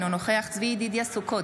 אינו נוכח צבי ידידיה סוכות,